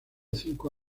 cinco